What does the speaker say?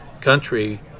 country